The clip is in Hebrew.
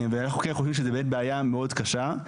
ואנחנו כן חושבים שזו באמת בעיה מאוד קשה.